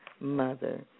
mother